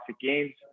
Games